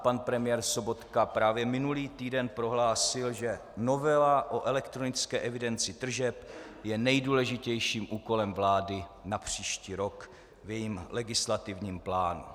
Pan premiér Sobotka právě minulý týden prohlásil, že novela o elektronické evidenci tržeb je nejdůležitějším úkolem vlády na příští rok v jejím legislativním plánu.